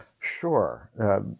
Sure